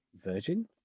Virgin